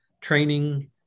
training